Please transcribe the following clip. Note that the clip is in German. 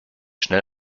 schnell